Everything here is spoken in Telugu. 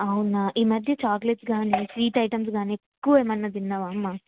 అవునా ఈ మధ్య చాక్లెట్స్ కానీ స్వీట్ ఐటమ్స్ కానీ ఎక్కువ ఏమైనా తిన్నావామ్మా